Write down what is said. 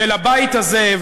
שלבית הזה,